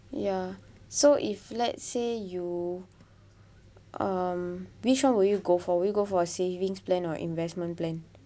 ya so if let's say you um which one will you go for will you go for savings plan or investment plan